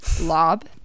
lob